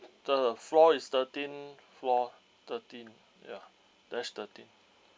the floor is thirteen floor thirteen ya there's thirteen